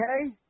okay